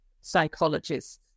psychologists